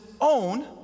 own